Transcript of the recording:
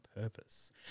purpose